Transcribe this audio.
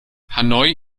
hanoi